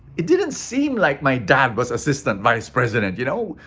it didn't seem like my dad was assistant vice president, you know.